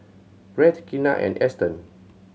Rhett Kenna and Eston